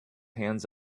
hands